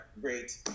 great